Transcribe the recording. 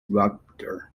rudder